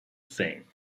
thing